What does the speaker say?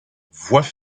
voies